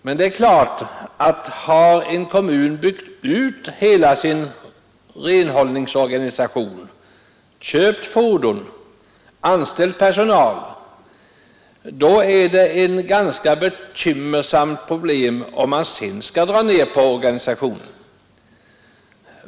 Men har en kommun byggt ut hela sin renhållningsorganisation, köpt fordon och anställt personal, då är det naturligtvis ett ganska bekymmersamt problem om man sedan skall dra ner organisationen.